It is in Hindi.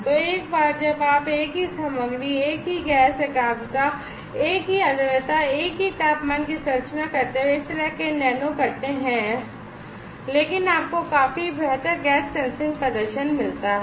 तो एक बार जब आप एक ही सामग्री एक ही गैस एकाग्रता एक ही आर्द्रता एक ही तापमान की संरचना करते हुए इस तरह के नैनो करते हैं लेकिन आपको काफी बेहतर गैस सेंसिंग प्रदर्शन मिलता है